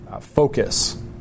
focus